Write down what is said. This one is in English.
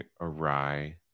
awry